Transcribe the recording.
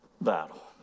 battle